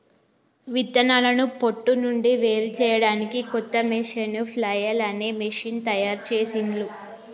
విత్తనాలను పొట్టు నుండి వేరుచేయడానికి కొత్త మెషీను ఫ్లఐల్ అనే మెషీను తయారుచేసిండ్లు